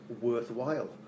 worthwhile